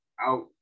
out